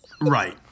Right